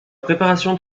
préparation